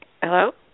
Hello